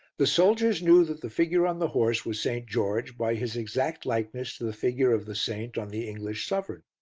the soldiers knew that the figure on the horse was st. george by his exact likeness to the figure of the saint on the english sovereign.